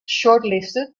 shortlisted